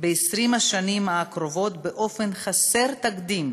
ב-20 השנים הקרובות באופן חסר תקדים,